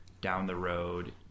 down-the-road